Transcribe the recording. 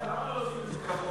חיים, למה לא עושים את זה קבוע?